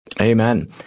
Amen